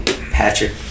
Patrick